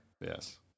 Yes